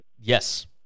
Yes